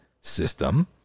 system